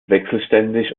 wechselständig